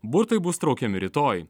burtai bus traukiami rytoj